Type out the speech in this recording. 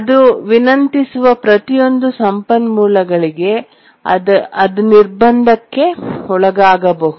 ಅದು ವಿನಂತಿಸುವ ಪ್ರತಿಯೊಂದು ಸಂಪನ್ಮೂಲಗಳಿಗೆ ಅದು ನಿರ್ಬಂಧಕ್ಕೆ ಒಳಗಾಗಬಹುದು